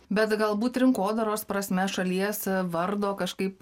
bet galbūt rinkodaros prasme šalies vardo kažkaip